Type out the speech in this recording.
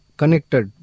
connected